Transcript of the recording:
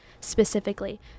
specifically